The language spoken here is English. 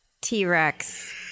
T-Rex